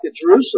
Jerusalem